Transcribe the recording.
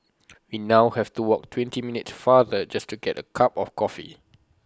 we now have to walk twenty minutes farther just to get A cup of coffee